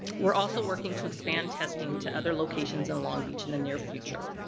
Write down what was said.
we're also working to expand testing to other locations in long beach in the near future.